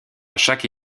chaque